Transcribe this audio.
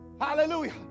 hallelujah